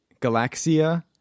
Galaxia